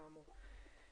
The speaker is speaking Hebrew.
כאמור.